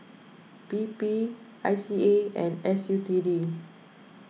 P P I C A and S U T D